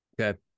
Okay